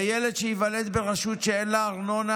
וילד שייוולד ברשות שאין לה ארנונה